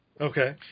Okay